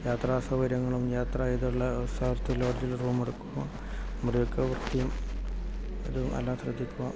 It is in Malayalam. യാത്രാസൗകര്യങ്ങളും യാത്ര ചെയ്തുള്ള സ്ഥലത്തിലും ലോഡ്ജിൽ റൂമെടുക്കുമ്പോൾ മുറിയൊക്കെ ബുക്ക് ചെയ്യുമ്പോൾ അതെല്ലാം ശ്രദ്ധിക്കുക